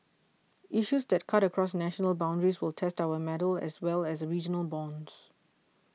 issues that cut across national boundaries will test our mettle as well as regional bonds